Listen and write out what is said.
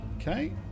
Okay